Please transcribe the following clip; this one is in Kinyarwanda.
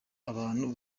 abantu